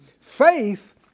Faith